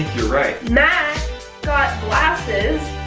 you're right. mat got glasses.